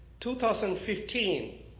2015